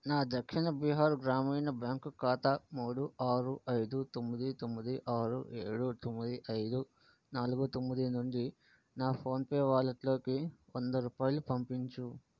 నా దక్షిణ బీహార్ గ్రామీణ బ్యాంక్ ఖాతా మూడు ఆరు ఐదు తొమ్మది తొమ్మిది ఆరు ఏడు తొమ్మిది ఐదు నాలుగు తొమ్మిది నుండి నా ఫోన్పే వాలెట్లోకి వంద రూపాయలు పంపించు